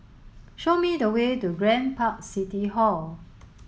show me the way to Grand Park City Hall